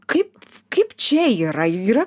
kaip kaip čia yra yra